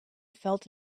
felt